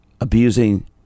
abusing